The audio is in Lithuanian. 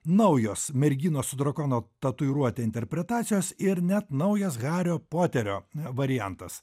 naujos merginos su drakono tatuiruote interpretacijos ir net naujas hario poterio variantas